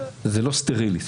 זה לא סטרילי,